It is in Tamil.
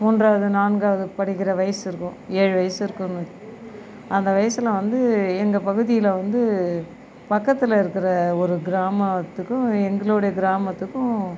மூன்றாவது நான்காவது படிக்கிற வயது இருக்கும் ஏழு வயது இருக்குன்னு வச் அந்த வயசில் வந்து எங்கள் பகுதியில் வந்து பக்கத்தில் இருக்கிற ஒரு கிராமத்துக்கும் எங்களோடைய கிராமத்துக்கும்